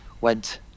went